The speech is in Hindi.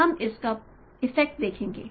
इसलिए हम इसका इफेक्ट देखेंगे